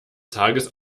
tages